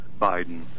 Biden